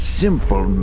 simple